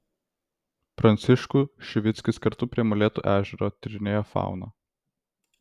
pranciškų šivickis kartu prie molėtų ežero tyrinėjo fauną